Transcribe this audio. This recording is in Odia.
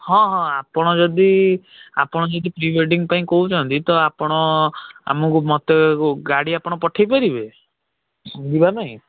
ହଁ ହଁ ଆପଣ ଯଦି ଆପଣ ଯଦି ପ୍ରି ୱେଡ଼ିଂ ପାଇଁ କହୁଛନ୍ତି ତ ଆପଣ ଆମକୁ ମୋତେ ଗାଡ଼ି ଆପଣ ପଠାଇ ପାରିବେ ଯିବା ପାଇଁ